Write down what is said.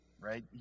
right